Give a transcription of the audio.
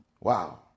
Wow